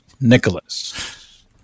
Nicholas